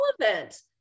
relevant